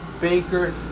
Baker